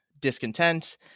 discontent